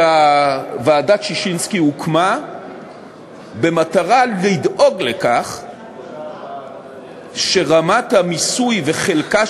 ועדת ששינסקי הוקמה במטרה לדאוג לכך שרמת המיסוי וחלקה